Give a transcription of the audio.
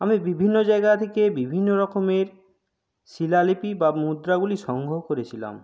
আমি বিভিন্ন জায়গা থেকে বিভিন্ন রকমের শিলালিপি বা মুদ্রাগুলি সংগ্রহ করেছিলাম